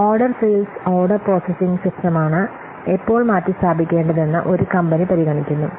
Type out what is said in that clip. order sales order processing സിസ്റ്റമാണ് എപ്പോൾ മാറ്റിസ്ഥാപിക്കേണ്ടതെന്ന് ഒരു കമ്പനി പരിഗണിക്കുന്നു